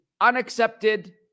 unaccepted